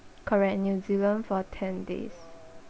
correct new zealand for ten days